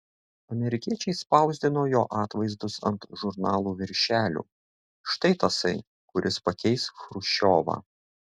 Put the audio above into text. amerikiečiai spausdino jo atvaizdus ant žurnalų viršelių štai tasai kuris pakeis chruščiovą